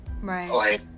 Right